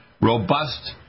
robust